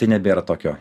tai nebėra tokio